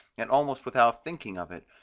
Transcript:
and almost without thinking of it,